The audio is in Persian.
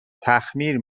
تخمیر